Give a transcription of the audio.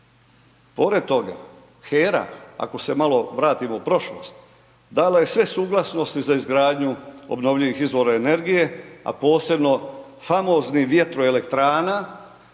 Pored toga, HERA, ako se malo vratimo u prošlost, dala je sve suglasnosti, za izgradnju obnovljivih izvora energije, a posebno famoznih vjetru elektrana,